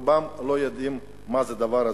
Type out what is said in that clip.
רובם לא יודעים מה זה הדבר הזה,